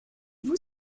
vous